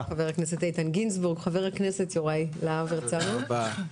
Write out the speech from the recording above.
חבר הכנסת יוראי להב ארצנו, בבקשה.